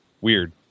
weird